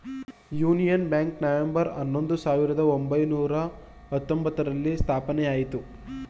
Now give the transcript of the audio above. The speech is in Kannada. ಯೂನಿಯನ್ ಬ್ಯಾಂಕ್ ನವೆಂಬರ್ ಹನ್ನೊಂದು, ಸಾವಿರದ ಒಂಬೈನೂರ ಹತ್ತೊಂಬ್ತರಲ್ಲಿ ಸ್ಥಾಪನೆಯಾಯಿತು